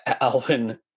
Alvin